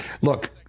Look